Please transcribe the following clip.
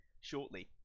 Shortly